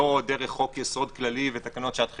לא דרך חוק יסוד כללי ותקנות שעת חירום.